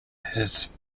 his